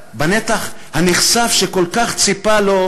בנתח הנכסף, שהוא כל כך ציפה לו,